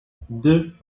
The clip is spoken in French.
deux